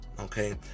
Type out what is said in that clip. okay